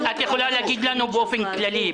את יכולה להגיד לנו באופן כללי,